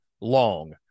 long